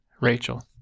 Rachel